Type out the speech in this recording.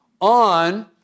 on